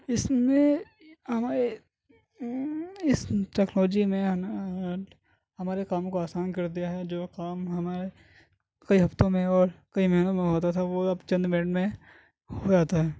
اس نے ہمارے اس ٹیکنالوجی نے ہمیں ہمارے کاموں کو آسان کر دیا ہے جو کام ہمارے کئی ہفتوں میں اور کئی مہینوں میں ہوتا تھا وہ اب چند منٹ میں ہو جاتا ہے